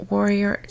Warrior